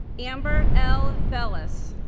amber l. belles